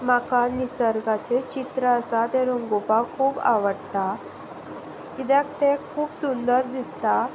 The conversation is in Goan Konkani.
म्हाका निसर्गाचें चित्र आसा तें रंगोवपाक खूब आवडटा किद्याक तें खूब सुंदर दिसता